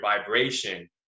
vibration